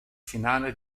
finale